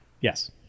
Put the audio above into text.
yes